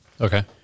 Okay